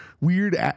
Weird